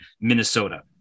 Minnesota